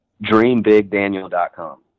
DreamBigDaniel.com